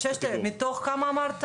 בסדר, מתוך כמה אמרת